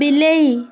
ବିଲେଇ